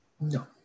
no